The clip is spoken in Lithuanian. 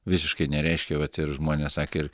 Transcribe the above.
visiškai nereiškia vat ir žmonės sakė ir